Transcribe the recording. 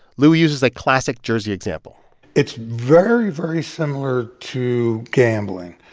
lou uses a classic jersey example it's very, very similar to gambling.